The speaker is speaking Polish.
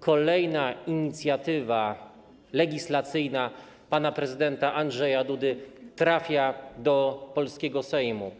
kolejna inicjatywa legislacyjna pana prezydenta Andrzeja Dudy trafia do polskiego Sejmu.